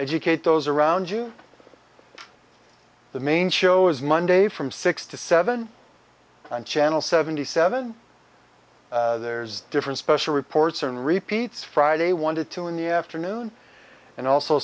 educate those around you the main show is monday from six to seven and channel seventy seven there's different special reports and repeats friday one to two in the afternoon and also